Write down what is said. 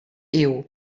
iuw